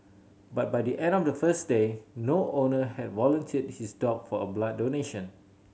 but by the end of the first day no owner had volunteered his dog for a blood donation